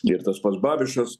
ir tas pats babišas